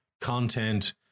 content